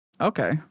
Okay